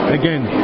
again